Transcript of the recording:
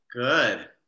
Good